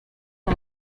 sur